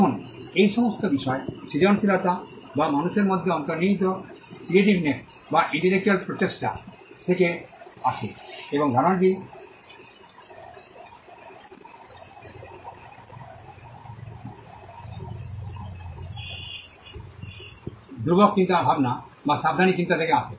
এখন এই সমস্ত বিষয় সৃজনশীলতা যা মানুষের মধ্যে অন্তর্নিহিত ক্রিয়াটিভনেস যা একটি ইন্টেলেকচুয়াল প্রচেষ্টা থেকে আসে এবং ধারণাটি ধ্রুবক চিন্তাভাবনা বা সাবধানী চিন্তা থেকে আসে